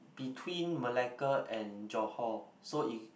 between Malacca and Johor so it